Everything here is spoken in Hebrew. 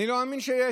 אני לא מאמין שיש.